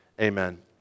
Amen